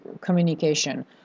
communication